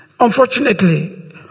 Unfortunately